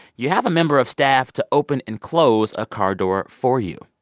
you have a member of staff to open and close a car door for you.